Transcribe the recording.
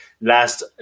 last